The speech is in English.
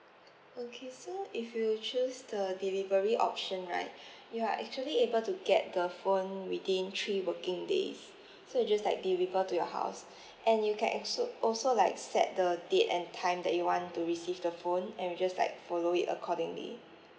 okay so if you choose the delivery option right you are actually able to get the phone within three working days so it just like deliver to your house and you can so also like set the date and time that you want to receive the phone and we just like follow it accordingly